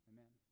Amen